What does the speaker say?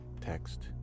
text